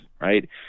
right